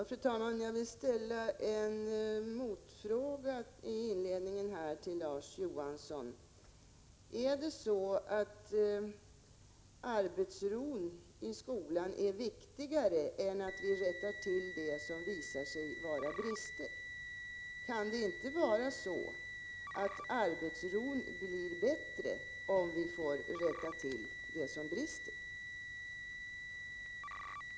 Fru talman! Jag vill inledningsvis ställa en motfråga till Larz Johansson: Är det så att arbetsron i skolan är viktigare än att vi rättar till de brister som visar sig? Kan det inte vara så att arbetsron blir bättre om vi får rätta till det som brister?